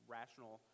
rational